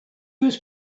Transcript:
was